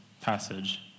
passage